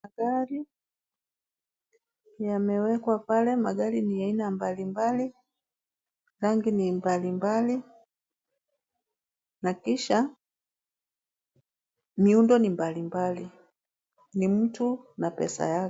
Magari yamewekwa pale. Magari ni aina mbali mbali. Rangi ni mbali mbali na kisha miundo ni mbali mbali. Ni mtu na pesa yake.